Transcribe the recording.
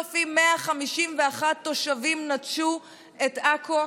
3,151 תושבים נטשו את עכו,